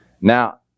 Now